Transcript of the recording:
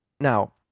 Now